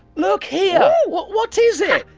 look here. what what is it?